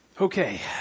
Okay